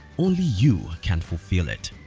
only you can fulfill it.